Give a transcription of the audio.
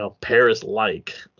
Paris-like